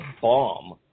bomb